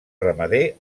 ramader